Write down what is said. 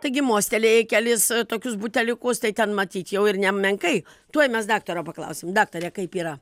taigi mostelėjai kelis tokius buteliukus tai ten matyt jau ir nemenkai tuoj mes daktaro paklausim daktare kaip yra